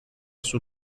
sul